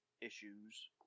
issues